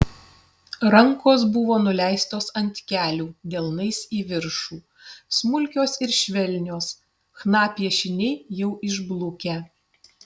rankos buvo nuleistos ant kelių delnais į viršų smulkios ir švelnios chna piešiniai jau išblukę